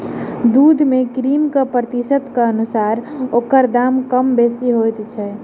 दूध मे क्रीमक प्रतिशतक अनुसार ओकर दाम कम बेसी होइत छै